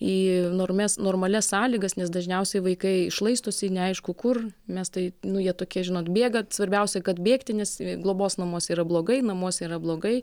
į normes normalias sąlygas nes dažniausiai vaikai šlaistosi neaišku kur mes tai nu jie tokie žinot bėgat svarbiausia kad bėgti nes globos namuose yra blogai namuose yra blogai